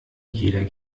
jeder